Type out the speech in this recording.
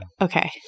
okay